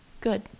Good